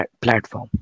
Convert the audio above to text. platform